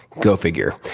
go figure.